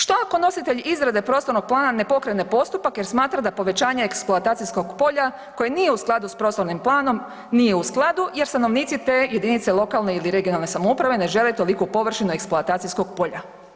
Što ako nositelj izrade prostornog plana ne pokrene postupak jer smatra da povećanje eksploatacijskog polja koje nije u skladu sa prostornim planom nije u skladu jer su stanovnici te jedinice lokalne ili regionalne samouprave ne žele toliku površnu eksploatacijskog polja?